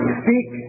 speak